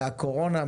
מהקורונה,